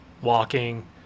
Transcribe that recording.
walking